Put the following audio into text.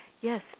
Yes